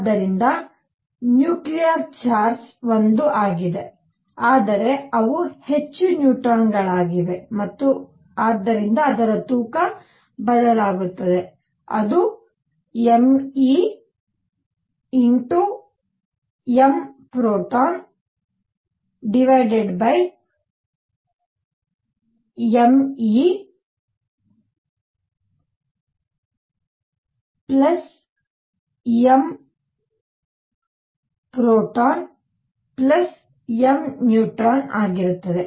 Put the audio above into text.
ಆದ್ದರಿಂದ nuclear charge 1 ಆಗಿದೆ ಆದರೆ ಅವು ಹೆಚ್ಚು ನ್ಯೂಟ್ರಾನ್ಗಳಾಗಿವೆ ಮತ್ತು ಆದ್ದರಿಂದ ಅದರ ತೂಕ ಬದಲಾಗುತ್ತದೆ ಅದು m e m proton m proton m neutron m electron ಆಗಿರುತ್ತದೆ